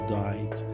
died